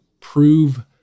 prove